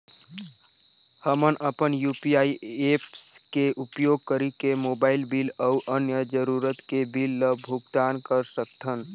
हमन मन UPI apps के उपयोग करिके मोबाइल बिल अऊ अन्य जरूरत के बिल ल भुगतान कर सकथन